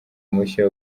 mushya